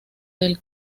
del